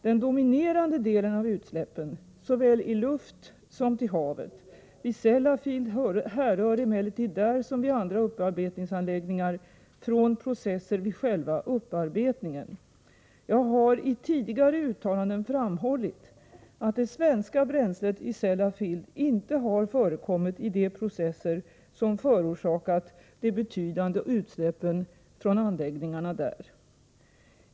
Den dominerande delen av utsläppen, såväl i luften som i havet, vid Sellafield härrör emellertid där som vid andra upparbetningsanläggningar från processer vid själva upparbetningen. Jag har i tidigare uttalanden framhållit, att det svenska bränslet i Sellafield inte har förekommit i de processer som förorsakat de betydande utsläppen från anläggningarna där.